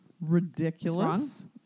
ridiculous